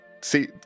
See